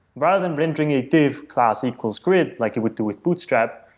rather than rendering a div class equal grid, like it would do with bootstrap,